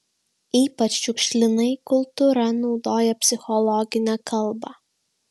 ypač šiukšlinai kultūra naudoja psichologinę kalbą